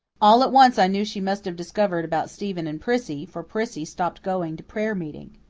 all at once i knew she must have discovered about stephen and prissy, for prissy stopped going to prayer meeting.